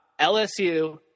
LSU